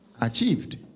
Achieved